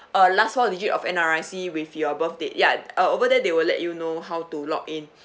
uh last four digit of N_R_I_C with your birth date yeah uh over there they will let you know how to log in